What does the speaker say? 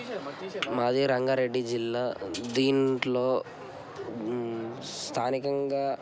మాది రంగారెడ్డి జిల్లా దీంట్లో స్థానికంగా